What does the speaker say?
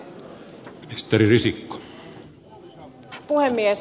arvoisa herra puhemies